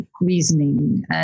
reasoning